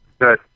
Good